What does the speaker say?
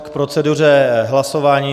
K proceduře hlasování.